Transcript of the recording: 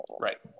Right